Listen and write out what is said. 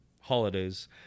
holidays